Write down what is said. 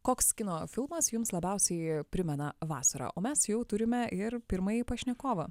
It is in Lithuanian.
koks kino filmas jums labiausiai primena vasarą o mes jau turime ir pirmąjį pašnekovą